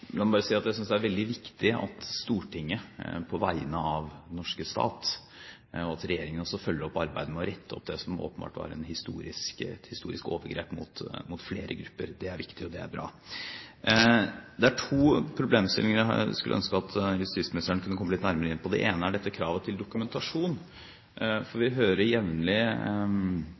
La meg bare si at jeg synes det er veldig viktig at Stortinget – og også regjeringen – på vegne av den norske stat følger opp arbeidet med å rette opp det som åpenbart var et historisk overgrep mot flere grupper. Det er viktig og bra. Det er to problemstillinger jeg skulle ønske at justisministeren kunne komme litt nærmere inn på. Det ene er dette kravet til dokumentasjon. For vi hører jevnlig